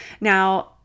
Now